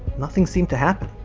nothing seemed to happen.